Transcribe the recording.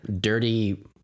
dirty